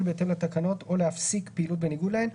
בהתאם לתקנות או להפסיק פעילות בניגוד להן,